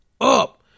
up